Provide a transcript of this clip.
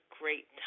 great